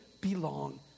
belong